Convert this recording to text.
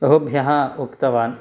बहुभ्यः उक्तवान्